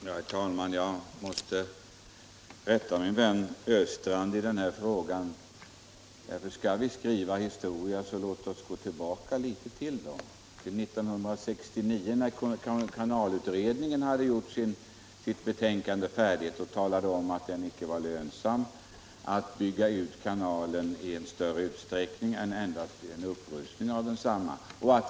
Herr talman! Jag måste rätta min vän Olov Östrand i denna fråga. Skall vi skriva historia, så låt oss då gå tillbaka litet till! 1969 hade kanalutredningen sitt betänkande färdigt och talade där om att det inte var lönsamt att bygga ut kanalen utan endast att göra en upprustning av den.